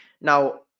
Now